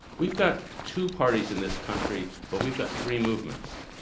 we've got two parties in this country, but we've got three movements.